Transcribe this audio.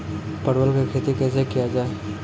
परवल की खेती कैसे किया जाय?